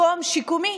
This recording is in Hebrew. מקום שיקומי,